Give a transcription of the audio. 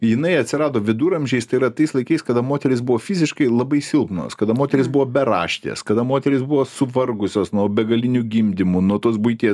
jinai atsirado viduramžiais tai yra tais laikais kada moterys buvo fiziškai labai silpnos kada moterys buvo beraštės kada moterys buvo suvargusios nuo begalinių gimdymų nuo tos buities